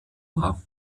war